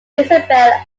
isabel